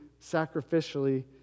sacrificially